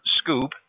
Scoop